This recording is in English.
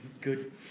Good